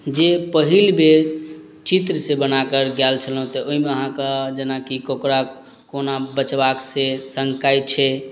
जे पहिल बेर चित्रसँ बनाकर गेल छलहुँ तऽ ओइमे अहाँक जेनाकि ककरा कोना बचबाक से शङ्काय छै